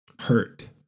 hurt